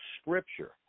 Scripture